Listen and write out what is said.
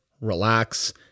relax